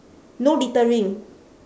no littering